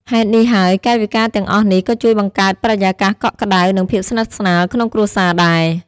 ហេតុនេះហើយ កាយវិការទាំងអស់នេះក៏ជួយបង្កើតបរិយាកាសកក់ក្ដៅ និងភាពស្និទ្ធស្នាលក្នុងគ្រួសារដែរ។